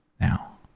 Now